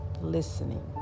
listening